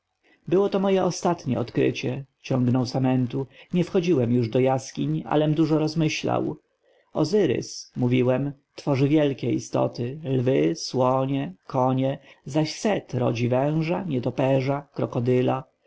było to moje ostatnie odkrycie ciągnął samentu nie wchodziłem już do jaskiń alem dużo rozmyślał ozyrys mówiłem tworzy wielkie istoty lwy słonie konie zaś set rodzi węża nietoperza krokodyla